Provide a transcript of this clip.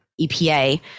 EPA